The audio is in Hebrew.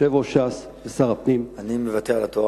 יושב-ראש ש"ס ושר הפנים, אני מוותר על התואר.